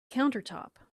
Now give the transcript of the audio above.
countertop